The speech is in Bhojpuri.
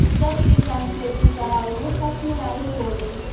सब किसान थ्रेसिंग करावे मे सक्ष्म नाही होले